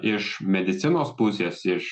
iš medicinos pusės iš